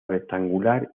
rectangular